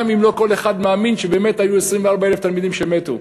גם אם לא כל אחד מאמין שבאמת היו 24,000 תלמידים שמתו.